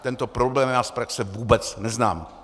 Tento problém já z praxe vůbec neznám.